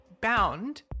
bound